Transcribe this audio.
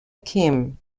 kim